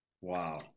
Wow